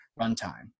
runtime